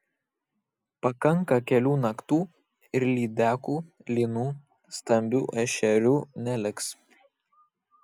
pakanka kelių naktų ir lydekų lynų stambių ešerių neliks